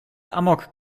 amok